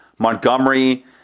Montgomery